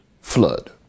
Flood